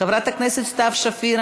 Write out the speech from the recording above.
חברת הכנסת סתיו שפיר,